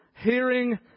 Hearing